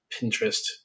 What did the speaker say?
Pinterest